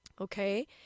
okay